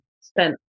spent